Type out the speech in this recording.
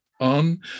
on